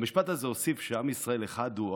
המשפט הזה הוסיף שעם ישראל אחד הוא.